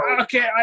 okay